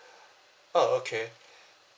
oh okay